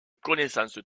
connaissance